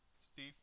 Steve